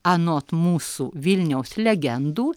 anot mūsų vilniaus legendų